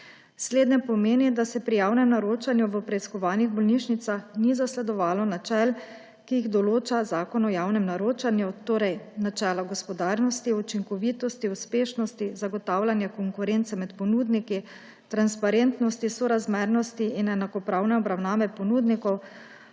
Slednje pomeni, da se pri javnem naročanju v preiskovanih bolnišnicah ni zasledovalo načel, ki jih določa Zakon o javnem naročanju, torej načelo gospodarnosti, učinkovitosti, uspešnosti, zagotavljanja konkurence med ponudniki, transparentnosti, sorazmernosti in enakopravne obravnave ponudnikov,